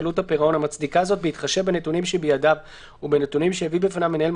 אם יתגבש --- אפשר אחד משניים: או להשאיר באמת 4 שנים או